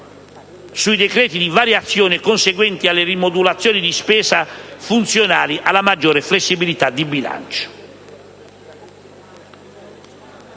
sui decreti di variazione conseguenti alle rimodulazioni di spesa funzionali alla maggiore flessibilità di bilancio.